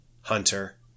Hunter